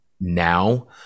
now